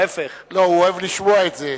הוא אוהב לשמוע את זה.